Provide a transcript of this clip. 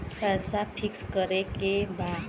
पैसा पिक्स करके बा?